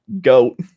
goat